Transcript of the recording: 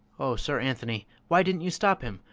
o sir anthony, why didn't you stop him?